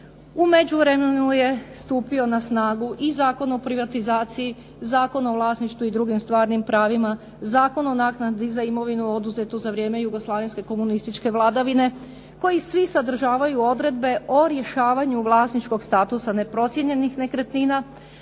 U međuvremenu je stupio na snagu i Zakon o privatizaciji, Zakon o vlasništvu i drugim stalnim pravima, Zakon o naknadi za imovinu oduzetu za vrijeme jugoslavenske komunističke vladavine, koji svi sadržavaju odredbe o rješavanju vlasničkog statusa neprocijenjenih nekretnina,